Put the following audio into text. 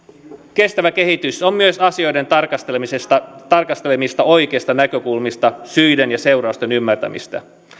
kestävä kehitys on myös asioiden tarkastelemista tarkastelemista oikeista näkökulmista syiden ja seurausten ymmärtämistä